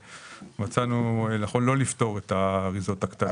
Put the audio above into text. ומצאנו לנכון לא לפטור את האריזות הקטנות.